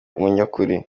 umunyakuri